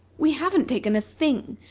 we haven't taken a thing.